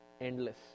endless